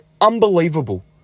unbelievable